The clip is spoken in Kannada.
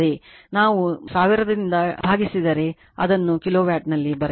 ನಾವು 1000 ಮಾಡಿದರೆ ಅದನ್ನು ಕಿಲೋವ್ಯಾಟ್ ನಲ್ಲಿ ಬರೆಯಬಹುದು